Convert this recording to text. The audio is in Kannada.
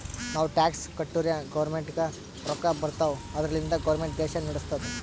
ನಾವು ಟ್ಯಾಕ್ಸ್ ಕಟ್ಟುರೇ ಗೌರ್ಮೆಂಟ್ಗ ರೊಕ್ಕಾ ಬರ್ತಾವ್ ಅದುರ್ಲಿಂದೆ ಗೌರ್ಮೆಂಟ್ ದೇಶಾ ನಡುಸ್ತುದ್